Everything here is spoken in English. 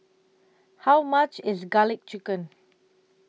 How much IS Garlic Chicken